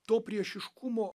to priešiškumo